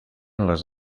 les